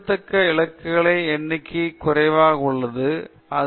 குறிப்பிடத்தக்க இலக்கங்களின் எண்ணிக்கை குறைவாக உள்ளது இது நிலையானது